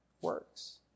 works